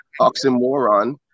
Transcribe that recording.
oxymoron